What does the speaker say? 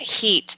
heat